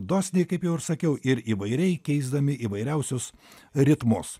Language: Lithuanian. dosniai kaip jau ir sakiau ir įvairiai keisdami įvairiausius ritmus